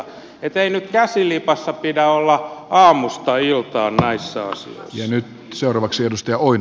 ei nyt käsi lipassa pidä olla aamusta iltaan näissä asioissa